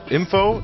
info